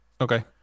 Okay